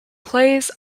plays